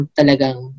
talagang